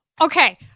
Okay